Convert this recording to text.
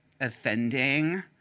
offending